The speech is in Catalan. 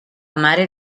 mare